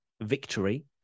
victory